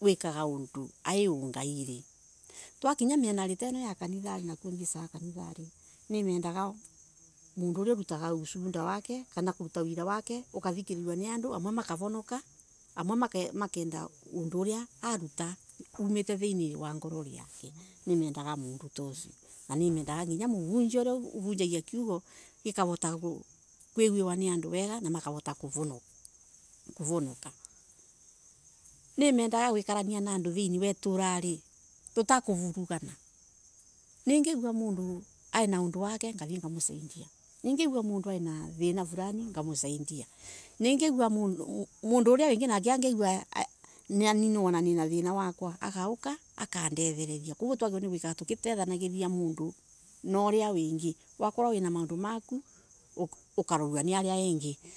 wikaga andu ungaire twakinya mienari ino thiesaga kanithari nimendaga mundu uria urataga ushuunda wake ukathikirirwa ni andu makavonoka amwe makeenda wira ucio aruta thiini wa ngoro yake nimendaga mundu tu cio nimendaga maranjia uria uvunjagia kiugo gikavota kwigua ni andu wega makavota kuvonoka.